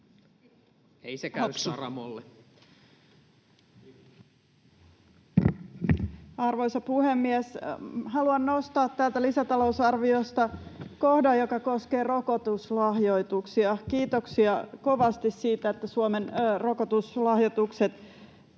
Edustaja Hopsu. Arvoisa puhemies! Haluan nostaa täältä lisätalousarviosta kohdan, joka koskee rokotuslahjoituksia. Kiitoksia kovasti siitä, että Suomen rokotuslahjoitukset